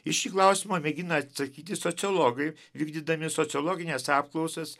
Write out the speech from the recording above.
į šį klausimą mėgina atsakyti sociologai vykdydami sociologines apklausas